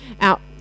out